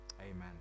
Amen